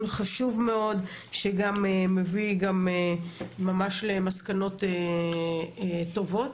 חשוב מאוד שגם מביא למסקנות טובות.